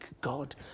God